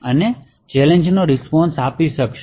અને ચેલેંજનો રીસ્પોન્શ આપી શકે છે